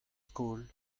skol